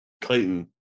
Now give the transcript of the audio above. Clayton